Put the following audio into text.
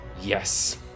yes